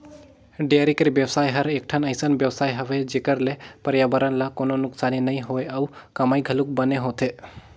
dairy कर बेवसाय हर एकठन अइसन बेवसाय हवे जेखर ले परयाबरन ल कोनों नुकसानी नइ होय अउ कमई घलोक बने होथे